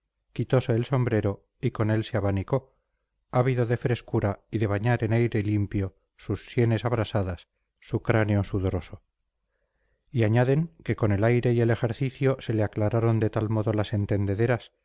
quitose el sombrero y con él se abanicó ávido de frescura y de bañar en aire limpio sus sienes abrasadas su cráneo sudoroso y añaden que con el aire y el ejercicio se le aclararon de tal modo las entendederas